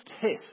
test